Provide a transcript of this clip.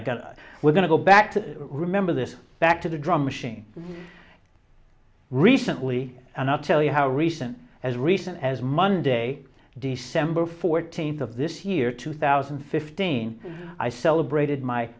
we're going to go back to remember this back to the drum machine recently and i'll tell you how recent as recent as monday december fourteenth of this year two thousand and fifteen i celebrated my